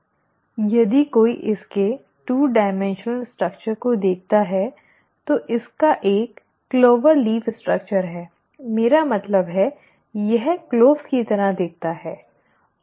यदि कोई इसकी दो आयामी संरचना को देखता है तो इसका एक क्लोवर लीफ़ संरचना है मेरा मतलब है यह लौंग की तरह दिखता है